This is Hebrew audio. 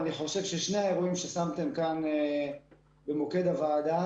אני חושב ששני האירועים ששמתם כאן במוקד הוועדה